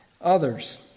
others